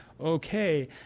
okay